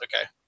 Okay